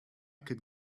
could